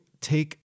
take